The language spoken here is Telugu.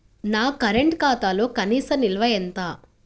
నా కరెంట్ ఖాతాలో కనీస నిల్వ ఎంత?